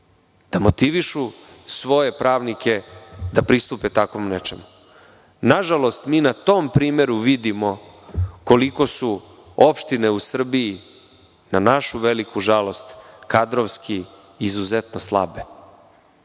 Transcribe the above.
da motivišu svoje pravnike da pristupe tako nečemu. Nažalost, mi na tom primeru vidimo koliko su opštine u Srbiji na našu veliku žalost kadrovski izuzetno slabe.